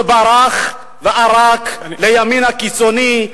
שברח וערק לימין הקיצוני,